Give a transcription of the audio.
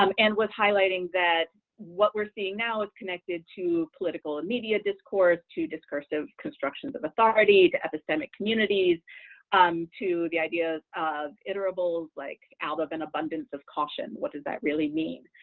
um and was highlighting that what we're seeing now is connected to political and media discourse, to discursive constructions of authority, to epistemic communities to the ideas of iterables, like out of an abundance of caution. what does that really mean?